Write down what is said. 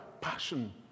passion